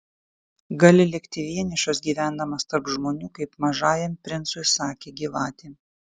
gali likti vienišas gyvendamas tarp žmonių kaip mažajam princui sakė gyvatė